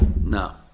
now